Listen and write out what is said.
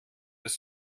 des